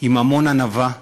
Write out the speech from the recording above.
עם המון ענווה.